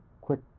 quick